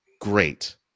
great